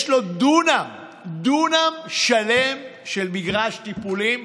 יש לו דונם שלם של מגרש טיפולים,